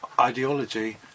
ideology